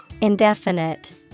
Indefinite